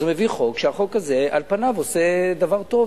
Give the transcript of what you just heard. אז הוא מביא חוק, והחוק הזה על פניו עושה דבר טוב.